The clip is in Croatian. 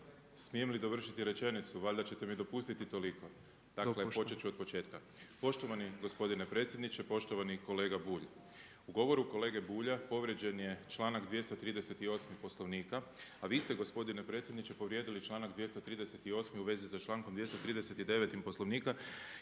Smijem li dovršiti rečenicu? Valjda ćete mi dopustiti toliko. Dakle počet ću od početka. Poštovani gospodine predsjedniče, poštovani kolega Bulj. U govoru kolege Bulja povrijeđen je članak 238. Poslovnika, a vi ste gospodine predsjedniče povrijedili članak 239. Poslovnika